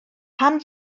pan